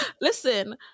Listen